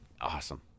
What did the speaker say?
Awesome